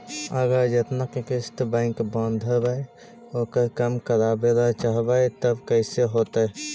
अगर जेतना के किस्त बैक बाँधबे ओकर कम करावे ल चाहबै तब कैसे होतै?